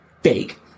fake